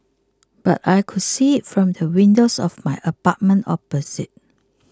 but I could see it from the windows of my apartment opposite